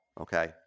Okay